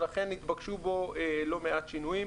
ולכן נתבקשו בו לא מעט שינויים: